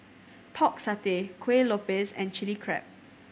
Pork Satay Kuih Lopes and Chili Crab